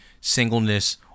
singleness